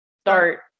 start